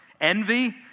envy